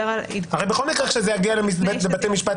הרי בכל מקרה כשזה יגיע לבתי משפט